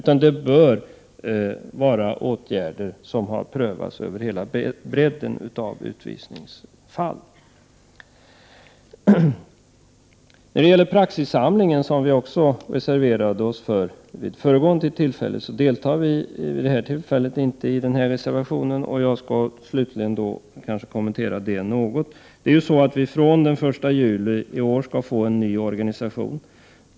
Samma åtgärder bör tillämpas i alla utvisningsfall. När det gäller praxissamlingen reserverade vi oss vid ett tidigare tillfälle, men denna gång står vi inte bakom reservationen. Slutligen skall jag kommentera detta något. Den 1 juli i år skall vi ju få en ny organisation.